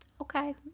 Okay